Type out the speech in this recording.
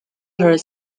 her